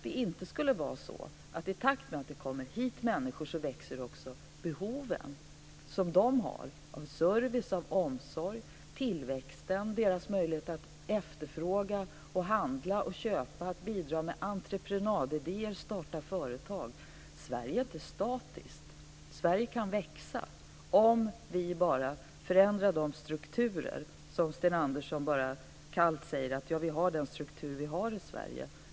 Det skulle alltså inte vara så att i takt med att det kommer hit människor växer behoven av service och omsorg, att det blir tillväxt, att de får möjligheter att efterfråga, handla och köpa och att de bidrar med entreprenadidéer och startar företag. Sverige är inte statiskt. Sverige kan växa, om vi förändrar de strukturer om vilka Sten Andersson bara kallt säger att "vi har den struktur vi har i Sverige".